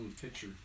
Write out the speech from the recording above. picture